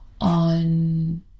on